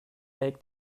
egg